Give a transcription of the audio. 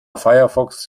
firefox